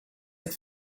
had